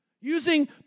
Using